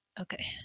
Okay